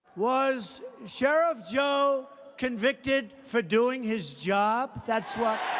was sheriff joe convicted for doing his job? that's what.